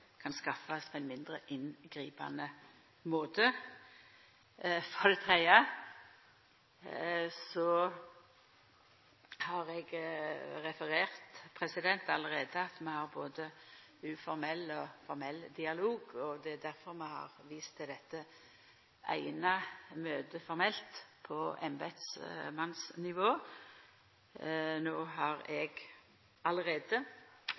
kan skaffast på ein mindre inngripande måte. For det tredje har eg allereie referert at vi både har uformell og formell dialog, og det er difor vi har vist til dette eine møtet, formelt, på embetsmannsnivå. No har